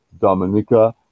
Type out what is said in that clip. Dominica